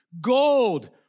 gold